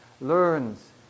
learns